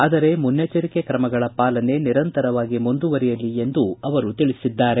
ಆದರೆ ಮನ್ನೆಚ್ಚಿರಿಕೆಯ ಕ್ರಮಗಳ ಪಾಲನೆ ನಿರಂತರವಾಗಿ ಮುಂದುವರಿಯಲಿ ಎಂದೂ ಅವರು ತಿಳಿಸಿದ್ದಾರೆ